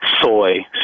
Soy